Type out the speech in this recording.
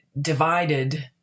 divided